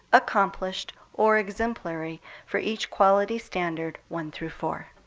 accomplished, or exemplary for each quality standard, one through four.